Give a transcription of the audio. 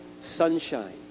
sunshine